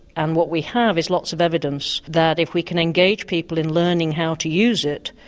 and what we have is lots of evidence that if we can engage people in learning how to use it,